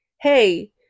hey